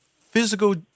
physical